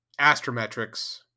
Astrometrics